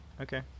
okay